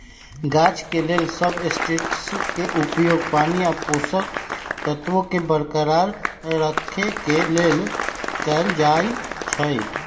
गाछ के लेल सबस्ट्रेट्सके उपयोग पानी आ पोषक तत्वोंके बरकरार रखेके लेल कएल जाइ छइ